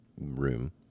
room